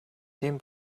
тийм